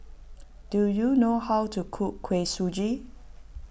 do you know how to cook Kuih Suji